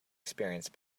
experience